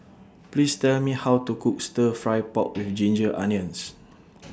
Please Tell Me How to Cook Stir Fry Pork with Ginger Onions